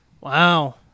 Wow